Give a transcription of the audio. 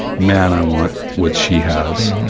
man i want what she has.